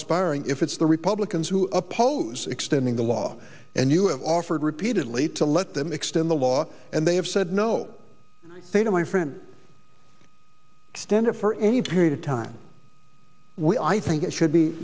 expiring if it's the republicans who oppose extending the law and you have offered repeatedly to let them extend the law and they have said no they don't my friend stand up for any period of time we i think it should be